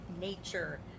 nature